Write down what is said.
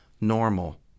normal